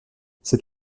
c’est